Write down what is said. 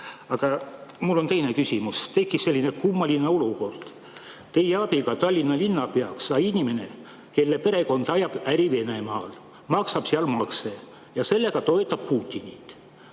Aga mul on teine küsimus. Tekkis selline kummaline olukord, et teie abiga sai Tallinna linnapeaks inimene, kelle perekond ajab äri Venemaal, maksab seal makse ja toetab sellega Putinit.